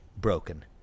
broken